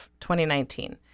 2019